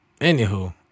Anywho